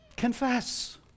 Confess